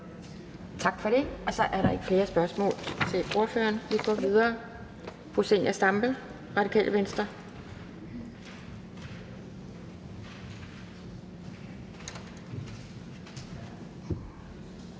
Tak for det. Så er der ikke flere spørgsmål til ordføreren. Vi går videre til fru Zenia Stampe, Radikale Venstre.